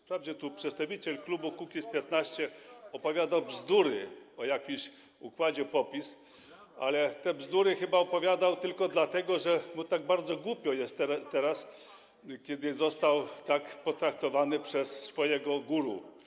Wprawdzie przedstawiciel klubu Kukiz’15 opowiada bzdury o jakimś układzie PO-PiS, ale te bzdury chyba opowiadał tylko dlatego, że tak bardzo głupio jest teraz, kiedy został tak potraktowany przez swojego guru.